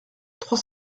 trois